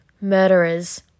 murderers